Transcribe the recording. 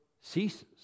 ceases